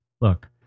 Look